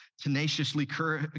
tenaciously